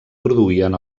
produïen